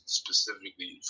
specifically